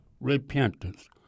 repentance